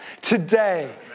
today